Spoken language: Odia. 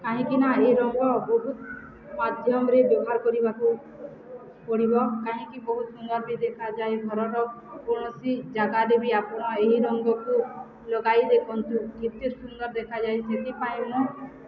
କାହିଁକିନା ଏ ରଙ୍ଗ ବହୁତ ମାଧ୍ୟମରେ ବ୍ୟବହାର କରିବାକୁ ପଡ଼ିବ କାହିଁକି ବହୁତ ସୁନ୍ଦର ବି ଦେଖାଯାଏ ଘରର କୌଣସି ଜାଗାରେ ବି ଆପଣ ଏହି ରଙ୍ଗକୁ ଲଗାଇ ଦେଖନ୍ତୁ କେତେ ସୁନ୍ଦର ଦେଖାଯାଏ ସେଥିପାଇଁ ମୁଁ